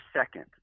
second